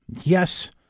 yes